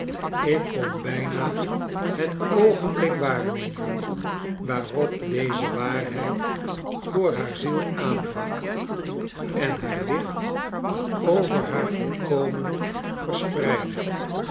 ik kon bijna het oogenblik waarnemen waarop deze waarheid voor haar ziel aanbrak en haar licht over haar volkomen verspreidde